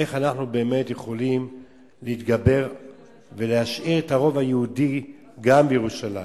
איך אנחנו באמת יכולים להתגבר ולהשאיר את הרוב היהודי גם בירושלים.